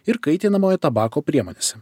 ir kaitinamojo tabako priemonėse